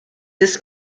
this